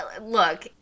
look